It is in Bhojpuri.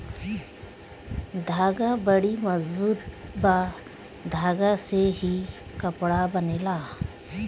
धागा बड़ी मजबूत बा धागा से ही कपड़ा बनेला